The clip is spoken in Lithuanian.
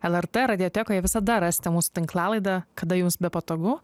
lrt radiotekoje visada rasite mūsų tinklalaidę kada jums bepatogu